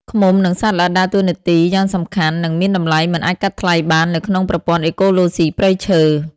ឃ្មុំ និងសត្វល្អិតដើរតួនាទីយ៉ាងសំខាន់ និងមានតម្លៃមិនអាចកាត់ថ្លៃបាននៅក្នុងប្រព័ន្ធអេកូឡូស៊ីព្រៃឈើ។